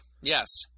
Yes